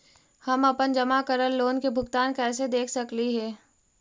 हम अपन जमा करल लोन के भुगतान कैसे देख सकली हे?